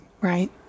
Right